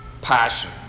Passion